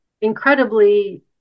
incredibly